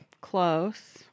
Close